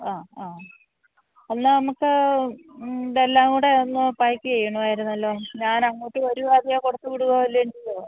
ആ ആ എന്നാൽ നമുക്ക് ഇതെല്ലാം കൂടെ ഒന്ന് പാക്ക് ചെയ്യണമായിരുന്നല്ലോ ഞാനങ്ങോട്ട് വരുവോ അതേയോ കൊടുത്ത് വിടുകയോ വല്ലതും ചെയ്യുമോ